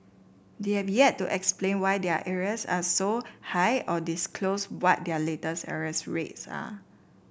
they have yet to explain why their arrears are so high or disclose what their latest arrears rates are